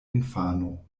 infano